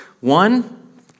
One